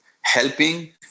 helping